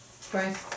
Frank